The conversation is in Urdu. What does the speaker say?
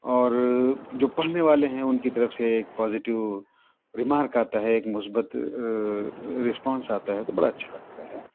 اور جو پڑھنے والے ہیں اُن کی طرف سے ایک پازیٹو ریمارک آتا ہے ایک مثبت ریسپانس آتا ہے تو بڑا اچھا لگتا ہے